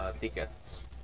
tickets